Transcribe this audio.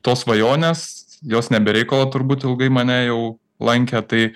tos svajonės jos ne be reikalo turbūt ilgai mane jau lankė tai